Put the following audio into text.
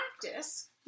practice